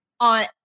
on